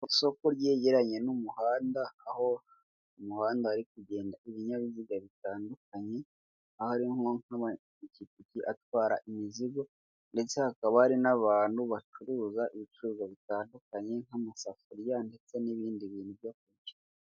Isoko ryegeranye n'umuhanda, aho umuhanda ari kugendamo ibinyabiziga bitandukanye, aho harimo nk'amapikipiki atwara imizigo, ndetse hakaba hari n'abantu bacuruza ibicuruzwa bitandukanye, nk'amasafuriya ndetse n'ibindi bintu byo kurya.